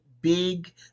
Big